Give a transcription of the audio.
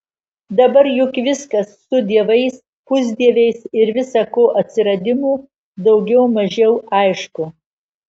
dabar juk viskas su dievais pusdieviais ir visa ko atsiradimu daugiau mažiau aišku